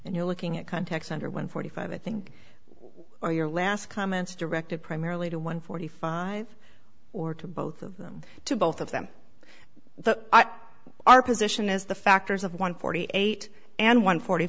you're looking at context under one forty five i think or your last comments directed primarily to one forty five or to both of them to both of them so our position is the factors of one forty eight and one forty